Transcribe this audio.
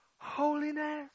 holiness